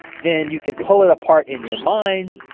then you can pull it apart in your mind,